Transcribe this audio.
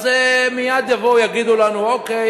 אז מייד יבואו ויגידו לנו: אוקיי.